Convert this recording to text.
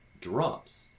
drops